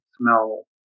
smell